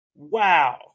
Wow